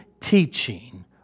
teaching